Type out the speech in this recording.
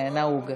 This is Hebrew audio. נוכחת, נוכחת.